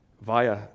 via